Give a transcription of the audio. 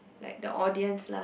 like the audience lah